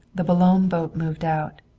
the boulogne boat moved out.